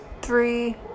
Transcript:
three